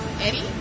Eddie